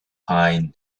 pine